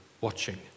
watching